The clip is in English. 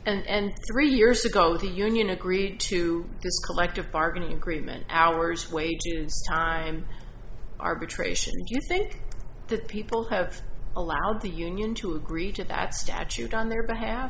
around and three years ago the union agreed to the collective bargaining agreement hours wait time arbitration do you think that people have allowed the union to agree to that statute on their behalf